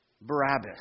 Barabbas